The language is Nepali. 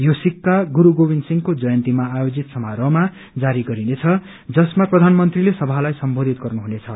यो सिक्का गुरू गोविन्द सिंहको जयन्तीमा आयोजित समारोहमा जारी गरिनेछ जसमा प्रधानमन्त्रीले सभालाई सम्बोधित गर्नुहुनेछ